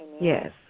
Yes